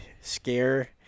scare